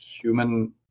human